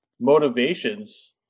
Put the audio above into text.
motivations